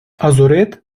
азурит